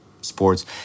sports